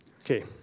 Okay